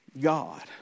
God